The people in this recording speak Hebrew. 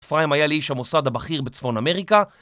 אפרים היה לאיש המוסד הבכיר בצפון אמריקה